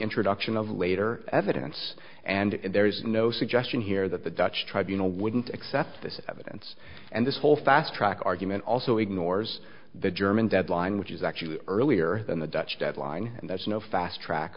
introduction of later evidence and there is no suggestion here that the dutch tribunal wouldn't accept this evidence and this whole fast track argument also ignores the german deadline which is actually earlier than the dutch deadline and there's no fast track